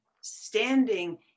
standing